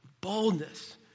boldness